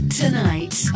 tonight